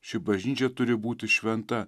ši bažnyčia turi būti šventa